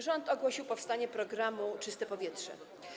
Rząd ogłosił powstanie programu „Czyste powietrze”